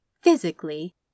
physically